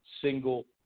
single